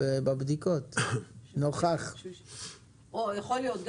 יכול להיות.